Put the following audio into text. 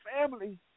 family